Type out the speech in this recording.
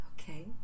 Okay